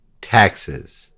taxes